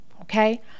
okay